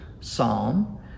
Psalm